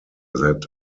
that